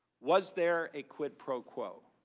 was there a quid pro quo?